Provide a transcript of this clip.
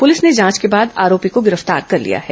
police ने जांच के बाद आरोपी को गिरफ्तार कर लिया है